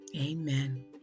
Amen